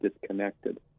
disconnected